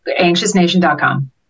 AnxiousNation.com